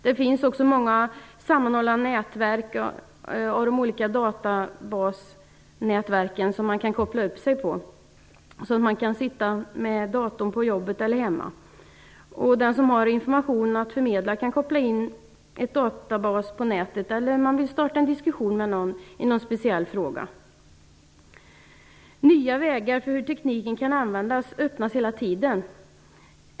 Det finns också många sammanhållna databasnätverk som man kan koppla upp sig mot, så att man kan sitta med datorn både på jobbet och hemma. Den som har information att förmedla kan koppla en databas till nätet. Man kan också vilja starta en diskussion i någon speciell fråga. Nya vägar för hur tekniken kan användas öppnas hela tiden.